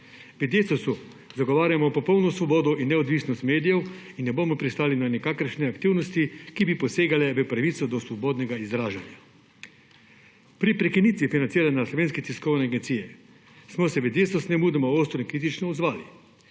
V Desusu zagovarjamo popolno svobodo in neodvisnost medijev in ne bomo pristali na nikakršne aktivnosti, ki bi posegale v pravico do svobodnega izražanja. Pri prekinitvi financiranja Slovenske tiskovne agencije smo se v Desusu nemudoma ostro in kritično odzvali.